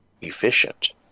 efficient